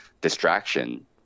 distraction